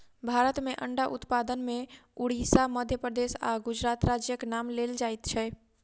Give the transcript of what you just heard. भारत मे अंडा उत्पादन मे उड़िसा, मध्य प्रदेश आ गुजरात राज्यक नाम लेल जाइत छै